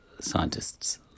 scientists